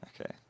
Okay